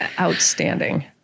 Outstanding